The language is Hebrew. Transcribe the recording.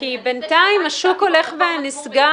כי בינתיים השוק הולך ונסגר.